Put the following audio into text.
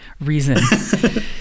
reason